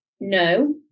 no